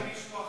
איפה